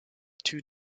two